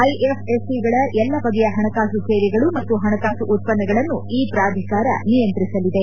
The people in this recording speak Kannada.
ಐಎಫ್ಎಸ್ಸಿಗಳ ಎಲ್ಲ ಬಗೆಯ ಹಣಕಾಸು ಸೇವೆಗಳು ಮತ್ತು ಹಣಕಾಸು ಉತ್ಸನ್ನಗಳನ್ನು ಈ ಪ್ರಾಧಿಕಾರ ನಿಯಂತ್ರಿಸಲಿದೆ